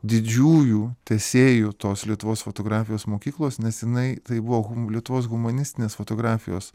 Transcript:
didžiųjų tęsėjų tos lietuvos fotografijos mokyklos nes jinai tai buvo lietuvos humanistinės fotografijos